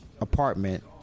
apartment